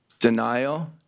Denial